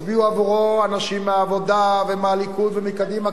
הצביעו עבורו אנשים מהעבודה ומהליכוד ומקדימה,